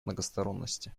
многосторонности